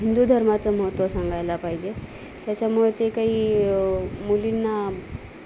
हिंदू धर्माचं महत्त्व सांगायला पाहिजे त्याच्यामुळे ते काही मुलींना